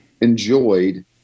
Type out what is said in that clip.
enjoyed